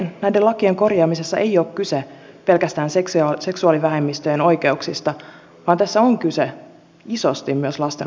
näiden lakien korjaamisessa ei ole kyse pelkästään seksuaalivähemmistöjen oikeuksista vaan tässä on kyse isosti myös lasten oikeuksista